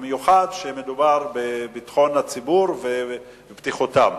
במיוחד כשמדובר בביטחון הציבור ובבטיחותו.